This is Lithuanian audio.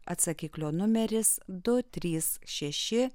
atsakiklio numeris du trys šeši